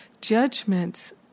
judgments